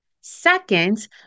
Second